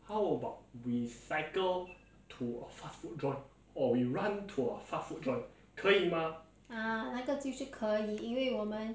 啊那个就是可以因为我们